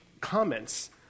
comments